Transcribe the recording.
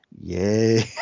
yay